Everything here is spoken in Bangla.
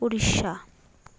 উড়িষ্যা